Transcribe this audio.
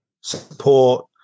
support